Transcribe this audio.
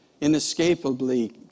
inescapably